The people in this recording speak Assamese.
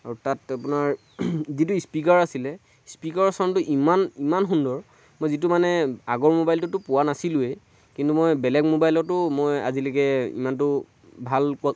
আৰু তাত আপোনাৰ যিটো স্পীকাৰ আছিলে স্পীকাৰৰ চাউণ্ডটো ইমান ইমান সুন্দৰ মই যিটো মানে আগৰ ম'বাইলটোততো পোৱা নাছিলোৱেই কিন্তু মই বেলেগ ম'বাইলতো মই আজিলৈকে ইমানটো ভাল